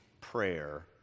prayer